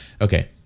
okay